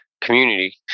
community